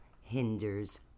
Hinders